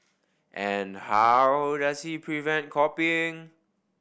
and how does he prevent copying